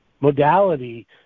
modality